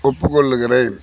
ஒப்புக்கொள்கிறேன்